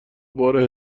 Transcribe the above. بار